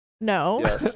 No